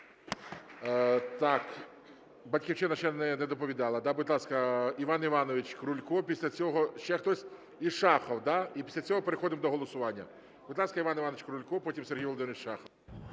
Так, "Батьківщина" ще не доповідала, да? Будь ласка, Іван Іванович Крулько. Після цього ще хтось? І Шахов, да? І після цього переходимо до голосування. Будь ласка, Іван Іванович Крулько. Потім Сергій Володимирович Шахов.